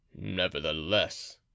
nevertheless